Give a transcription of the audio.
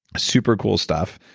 super cool stuff.